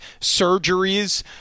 surgeries